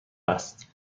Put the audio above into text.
است